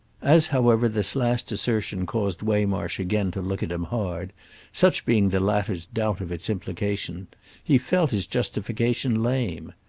as, however, this last assertion caused waymarsh again to look at him hard such being the latter's doubt of its implications he felt his justification lame.